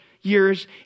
years